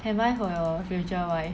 can buy for your future wife